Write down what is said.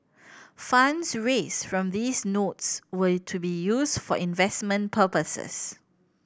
funds raised from these notes were to be used for investment purposes